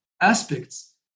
aspects